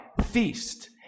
feast